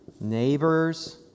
Neighbors